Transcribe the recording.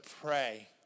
pray